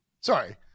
Sorry